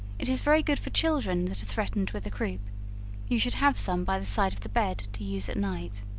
it is very good for children that are threatened with the croup you should have some by the side of the bed to use at night.